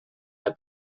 der